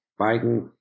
Biden